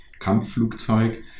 Kampfflugzeug